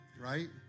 Right